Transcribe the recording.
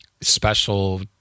special